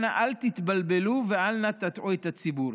אנא, אל תתבלבלו ואל נא תטעו את הציבור.